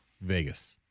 Vegas